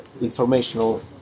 informational